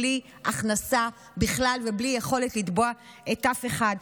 בלי הכנסה בכלל ובלי יכולת לתבוע אף אחד.